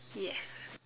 yes